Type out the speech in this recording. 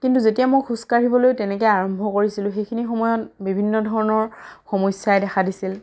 কিন্তু যেতিয়া মই খোজকাঢ়িবলৈ তেনেকৈ আৰম্ভ কৰিছিলোঁ সেইখিনি সময়ত বিভিন্ন ধৰণৰ সমস্যাই দেখা দিছিল